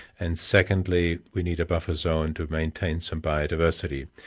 and secondly we need a buffer zone to maintain some biodiversity.